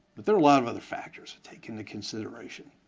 but there are a lot of other factors to take into consideration.